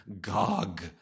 Gog